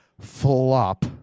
flop